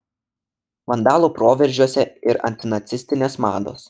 vandalų proveržiuose ir antinacistinės mados